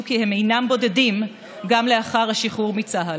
כי הם אינם בודדים גם לאחר השחרור מצה"ל.